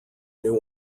new